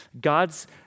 God's